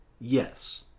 Yes